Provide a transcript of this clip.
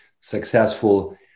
successful